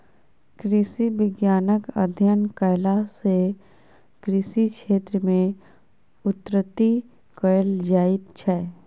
कृषि विज्ञानक अध्ययन कयला सॅ कृषि क्षेत्र मे उन्नति कयल जाइत छै